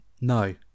No